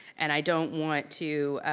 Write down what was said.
and i don't want to.